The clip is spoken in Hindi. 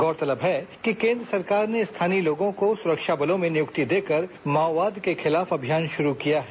गौरतलब है कि केंद्र सरकार ने स्थानीय लोगों को सुरक्षा बलों में नियुक्ति देकर माओवाद के खिलाफ अभियान शुरू किया है